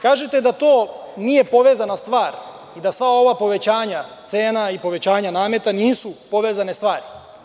Kažete da to nije povezana stvar i da sva ova povećanja cena i povećanja nameta nisu povezane stvari.